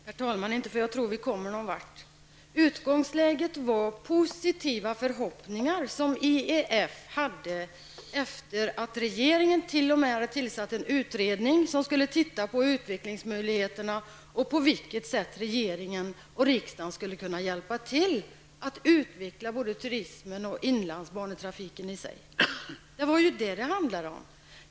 Herr talman! Inte för att jag tror att vi kommer någon vart: Utgångsläget var positiva förhoppningar som IEF hade efter det att regeringen t.o.m. hade tillsatt en utredning som skulle se på utvecklingsmöjligheterna och undersöka på vilket sätt som regeringen och riksdagen skulle kunna hjälpa till med att utveckla både turismen och inlandsbanetrafiken som sådan. Det var ju det som det handlade om.